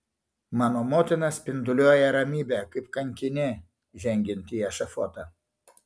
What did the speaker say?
mano motina spinduliuoja ramybe kaip kankinė žengianti į ešafotą